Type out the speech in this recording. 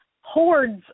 hordes